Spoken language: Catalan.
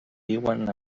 viuen